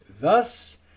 Thus